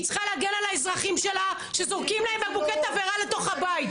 היא צריכה להגן על האזרחים שלה שזורקים להם בקבוקי תבערה לתוך הבית.